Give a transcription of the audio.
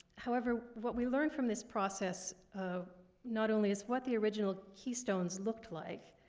however, what we learned from this process ah not only is what the original keystones looked like,